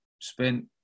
spent